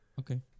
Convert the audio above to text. okay